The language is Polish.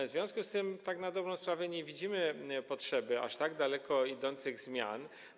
W związku z tym tak na dobrą sprawę nie widzimy potrzeby dokonywania aż tak daleko idących zmian.